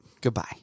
Goodbye